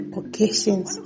occasions